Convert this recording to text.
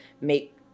make